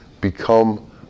Become